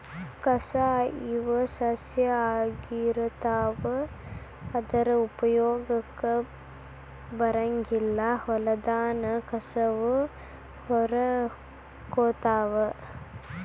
ಕಸಾ ಇವ ಸಸ್ಯಾ ಆಗಿರತಾವ ಆದರ ಉಪಯೋಗಕ್ಕ ಬರಂಗಿಲ್ಲಾ ಹೊಲದಾನ ಕಸುವ ಹೇರಕೊತಾವ